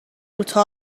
نشسته